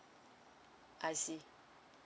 I see